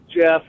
Jeff